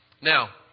Now